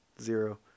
Zero